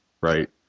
right